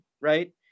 right